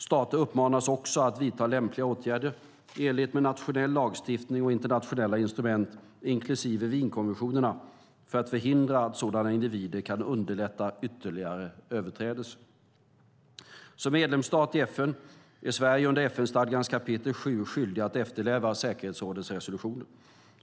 Stater uppmanades också att vidta lämpliga åtgärder i enlighet med nationell lagstiftning och internationella instrument, inklusive Wienkonventionerna, för att förhindra att sådana individer kan underlätta ytterligare överträdelser. Som medlemsstat i FN är Sverige under FN-stadgans kapitel VII skyldig att efterfölja säkerhetsrådets resolutioner.